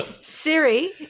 siri